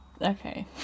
okay